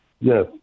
Yes